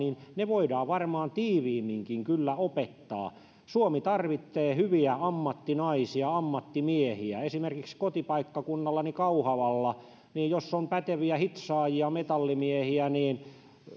voidaan varmaan kyllä tiiviimminkin opettaa suomi tarvitsee hyviä ammattinaisia ammattimiehiä esimerkiksi kotipaikkakuntani kauhava jos on päteviä hitsaajia metallimiehiä niin